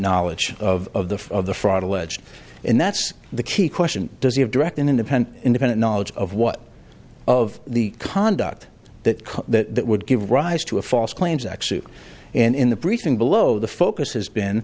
knowledge of the fraud alleged and that's the key question does he have direct and independent independent knowledge of what of the conduct that that would give rise to a false claims act and in the briefing below the focus has been